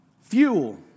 Fuel